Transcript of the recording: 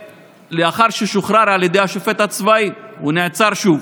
ולאחר ששוחרר על ידי השופט הצבאי, הוא נעצר שוב.